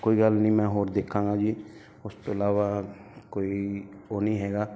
ਕੋਈ ਗੱਲ ਨਹੀਂ ਮੈਂ ਹੋਰ ਦੇਖਾਂਗਾ ਜੀ ਉਸ ਤੋਂ ਇਲਾਵਾ ਕੋਈ ਉਹ ਨਹੀਂ ਹੈਗਾ